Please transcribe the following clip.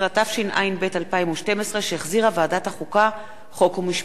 13), התשע"ב 2012, שהחזירה ועדת החוקה, חוק ומשפט.